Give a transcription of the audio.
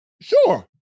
Sure